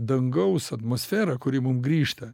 dangaus atmosferą kuri mum grįžta